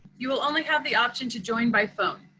you will only have the option to join by phone.